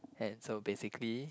and so basically